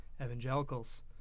evangelicals